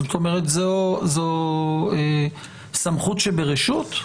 זאת אומרת זו סמכות שברשות?